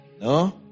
No